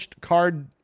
card